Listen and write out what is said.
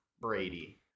Brady